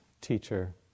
teacher